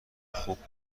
خوب